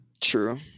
True